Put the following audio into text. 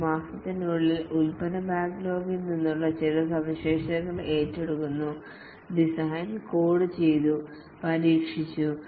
ഒരു മാസത്തിനുള്ളിൽ ഉൽപ്പന്ന ബാക്ക്ലോഗിൽ നിന്നുള്ള ചില സവിശേഷതകൾ ഏറ്റെടുക്കുന്നു ഡിസൈൻ കോഡ് ചെയ്തു പരീക്ഷിച്ചു